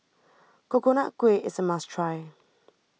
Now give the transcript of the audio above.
Coconut Kuih is a must try